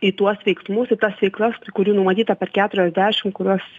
į tuos veiksmus į tas veiklas kurių numatyta per keturiasdešim kuriuos